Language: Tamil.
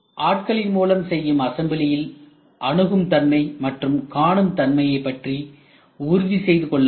ஆட்களின் மூலம் செய்யும் அசம்பிளியில் அணுகும் தன்மை மற்றும் காணும் தன்மையை பற்றி உறுதி செய்து கொள்ள வேண்டும்